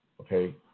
okay